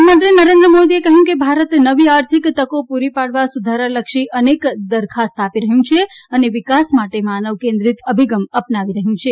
પ્રધાનમંત્રી નરેન્દ્ર મોદીએ કહ્યું કે ભારત નવી આર્થિક તકો પૂરી પાડવા સુધારાલક્ષી અનેક દરખાસ્ત આપી રહ્યું છે અને વિકાસ માટે માનવ કેન્દ્રિત અભિગમ અપનાવી રહ્યું છે